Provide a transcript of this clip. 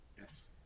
Yes